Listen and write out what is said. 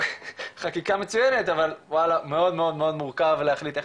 חקיקה מצוינת אבל מאוד מורכב ולהחליט איך